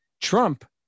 Trump